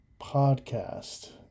Podcast